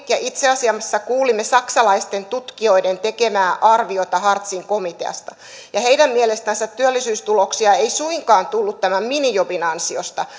ja itse asiassa kuulimme saksalaisten tutkijoiden tekemää arviota hartzin komiteasta ja heidän mielestänsä työllisyystuloksia ei suinkaan tullut tämän minijobin ansiosta